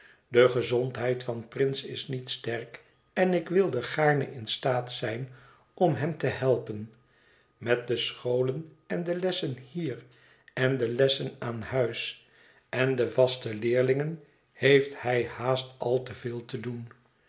de gezondheid van prince is niet sterk en ik wilde gaarne in staat zijn om hem te helpen met de scholen en de lessen hier en de lessen aan huis en de vaste leerlingen heeft hij haast al te veel te doen